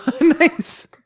Nice